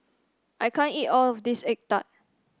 I can't eat all of this egg tart